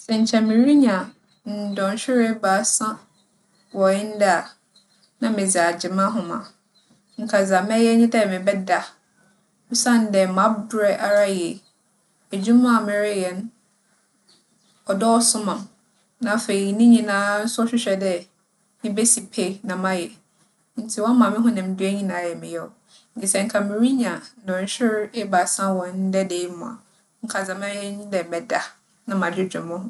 Sɛ nkyɛ mirinya ndͻhwer ebiasa wͻ ndɛ a na medze agye m'ahom a nka dza mɛyɛ nye dɛ mebɛda, osiandɛ maberɛ ara yie. Edwuma a mereyɛ no, ͻdͻͻso ma me. Na afei ne nyina so hwehwɛ dɛ mibesi pe na mayɛ. Ntsi ͻama mo honandua nyina yɛ me yaw. Ntsi sɛ nka mirinya dͻnhwer ebiasa wͻ ndɛ da yi mu a nka dza mɛyɛ nye dɛ mɛda na madwedwe moho.